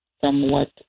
somewhat